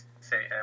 say